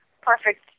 perfect